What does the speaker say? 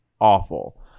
awful